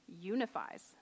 unifies